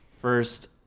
First